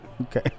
Okay